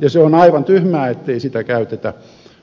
ja se on aivan tyhmää ettei käytetä